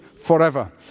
forever